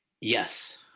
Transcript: Yes